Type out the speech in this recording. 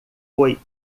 foi